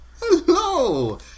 Hello